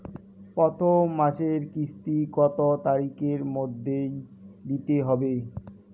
প্রথম মাসের কিস্তি কত তারিখের মধ্যেই দিতে হবে?